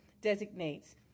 designates